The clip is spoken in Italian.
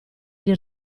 gli